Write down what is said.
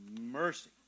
mercy